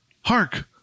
Hark